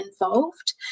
involved